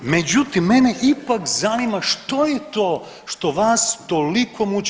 Međutim, mene ipak zanima što je to što vas toliko muči.